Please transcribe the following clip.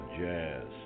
jazz